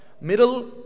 Middle